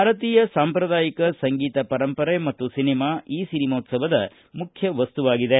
ಭಾರತೀಯ ಸಾಂಪ್ರದಾಯಿಕ ಸಂಗೀತ ಪರಂಪರೆ ಮತ್ತು ಸಿನಿಮಾ ಈ ಸಿನಿಮೋತ್ಸವದ ಮುಖ್ಯ ವಸ್ತುವಾಗಿದೆ